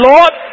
Lord